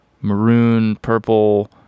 maroon-purple